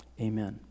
amen